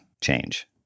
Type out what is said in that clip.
change